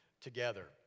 together